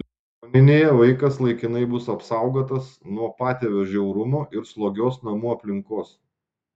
ligoninėje vaikas laikinai bus apsaugotas nuo patėvio žiaurumo ir slogios namų aplinkos